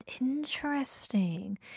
Interesting